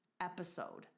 episode